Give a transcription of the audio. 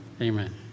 Amen